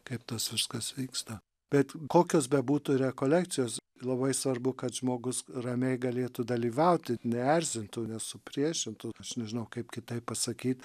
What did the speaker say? kaip tas viskas vyksta bet kokios bebūtų rekolekcijos labai svarbu kad žmogus ramiai galėtų dalyvauti neerzintų nesupriešintų aš nežinau kaip kitaip pasakyt